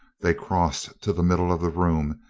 they crossed to the mid dle of the room,